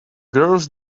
girls